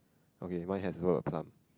okay mine has a lot of plum